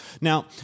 Now